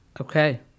okay